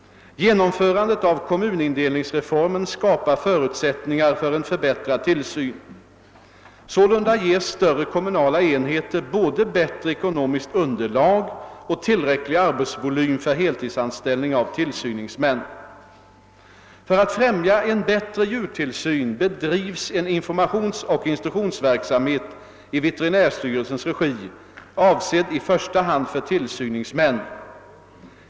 Genomförandet av kommunindelningsreformen skapar förutsättningar för en förbättrad tillsyn. Sålunda ger större kommunala enheter både bättre ekonomiskt underlag och tillräcklig arbetsvolym för heltidsanställning av tillsyningsmän. För att främja en bättre djurtillsyn bedrivs en informationsoch instruktionsverksamhet i veterinärstyrelsens regi, avsedd i första hand för tillsyningsmän.